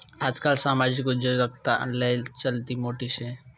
आजकाल सामाजिक उद्योजकताना लय चलती मोठी शे